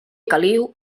caliu